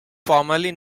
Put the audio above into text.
formerly